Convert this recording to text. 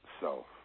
self